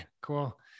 Cool